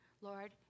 Lord